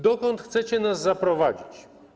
Dokąd chcecie nas zaprowadzić?